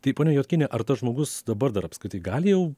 tai pone juodkiene ar tas žmogus dabar dar apskritai gali jau